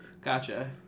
Gotcha